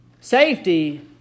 Safety